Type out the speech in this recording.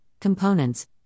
components